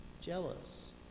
jealous